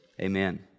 amen